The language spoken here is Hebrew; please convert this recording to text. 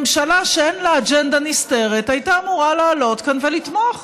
ממשלה שאין לה אג'נדה נסתרת הייתה אמורה לעלות כאן ולתמוך,